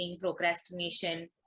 procrastination